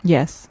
Yes